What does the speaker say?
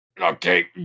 okay